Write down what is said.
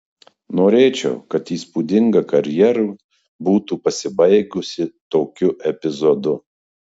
norėčiau kad įspūdinga karjera būtų pasibaigusi tokiu epizodu